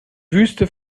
wüste